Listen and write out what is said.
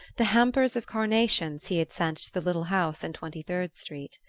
the hampers of carnations he had sent to the little house in twenty-third street.